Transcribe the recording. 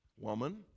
Woman